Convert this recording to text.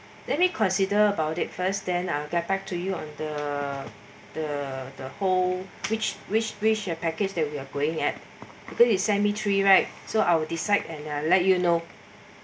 let me consider about it first then I'll get back to you on the the the whole which which which your package that we are going at because you send me three right so I will decide and I'll let you know